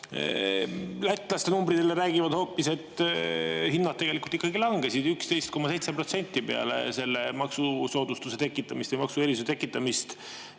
Lätlaste numbrid räägivad hoopis, et hinnad langesid 11,7% peale selle maksusoodustuse tekitamist, maksuerisuse tekitamist.